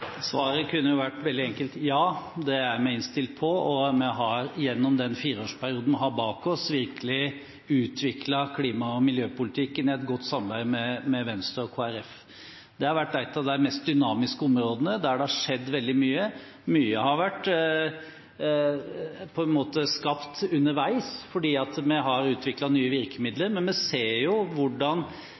Svaret kunne vært veldig enkelt: Ja, det er vi innstilt på. Gjennom denne fireårsperioden som vi har bak oss, har vi virkelig utviklet klima- og miljøpolitikken i et godt samarbeid med Venstre og Kristelig Folkeparti. Det har vært et av de mest dynamiske områdene, der veldig mye har skjedd. Mye har vært skapt underveis fordi vi har utviklet nye virkemidler, men vi ser hvordan